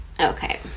Okay